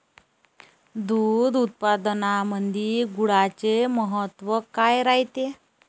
दूध उत्पादनामंदी गुळाचे महत्व काय रायते?